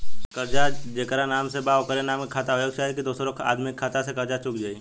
कर्जा जेकरा नाम से बा ओकरे नाम के खाता होए के चाही की दोस्रो आदमी के खाता से कर्जा चुक जाइ?